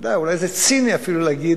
אולי זה אפילו ציני להגיד,